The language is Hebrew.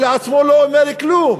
המספר הזה כשלעצמו לא אומר כלום.